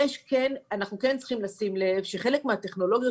אנחנו כן צריכים לשים לב שחלק מהטכנולוגיות